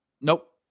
Nope